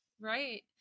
Right